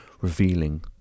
revealing